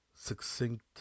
succinct